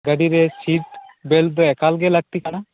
ᱜᱟ ᱰᱤᱨᱮ seat belt ᱫᱚ ᱮᱠᱟᱞᱜᱮ ᱞᱟ ᱠᱛᱤ ᱠᱟᱱᱟ